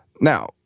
Now